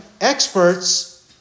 experts